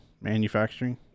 manufacturing